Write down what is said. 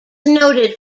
noted